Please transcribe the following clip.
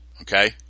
Okay